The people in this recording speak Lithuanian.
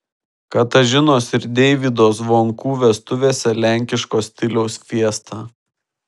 katažinos ir deivydo zvonkų vestuvėse lenkiško stiliaus fiesta